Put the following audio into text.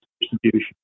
distribution